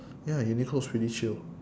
ya uniqlo is pretty chill